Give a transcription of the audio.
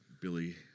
Billy